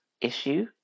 issue